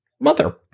Mother